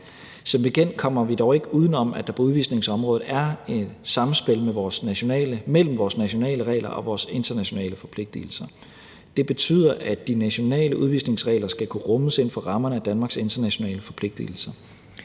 Som bekendt kommer vi dog ikke uden om, at der på udvisningsområdet er et samspil mellem vores nationale regler og vores internationale forpligtelser. Det betyder, at de nationale udvisningsregler skal kunne rummes inden for rammerne af Danmarks internationale forpligtelser.